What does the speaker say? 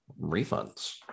refunds